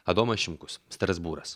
adomas šimkus strasbūras